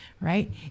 right